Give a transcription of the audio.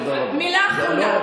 חברת הכנסת שטרית, תודה על העזרה.